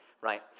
Right